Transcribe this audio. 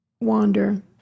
wander